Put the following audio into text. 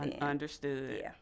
Understood